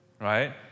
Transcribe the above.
Right